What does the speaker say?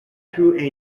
through